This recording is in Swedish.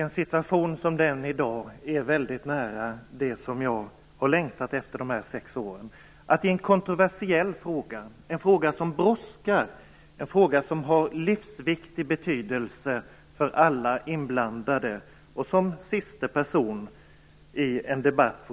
En situation som den i dag är väldigt nära det som jag har längtat efter under dessa sex år, nämligen att som sista talare i en kontroversiell fråga som brådskar och har livsviktig betydelse för alla inblandade